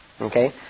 Okay